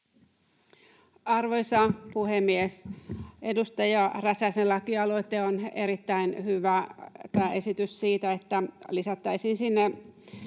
Arvoisa puhemies! Edustaja Räsäsen lakialoite on erittäin hyvä. Tämä esitys siitä, että lisättäisiin sinne